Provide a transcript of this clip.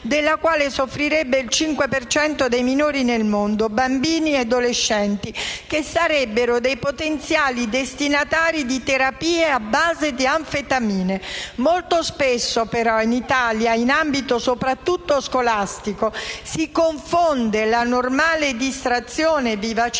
della quale soffrirebbe il 5 per cento dei minori nel mondo, bambini ed adolescenti che sarebbero potenziali destinatari di terapie a base di anfetamine». Molto spesso in Italia però, in ambito soprattutto scolastico, si confonde la normale distrazione e vivacità